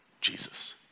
Jesus